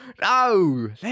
No